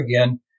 again